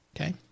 Okay